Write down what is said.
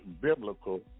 biblical